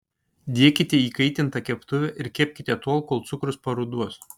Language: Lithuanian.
dėkite į įkaitintą keptuvę ir kepkite tol kol cukrus paruduos